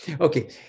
Okay